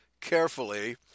carefully